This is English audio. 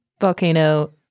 volcano